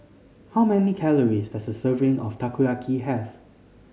how many calories does a serving of Takoyaki have